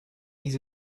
eggs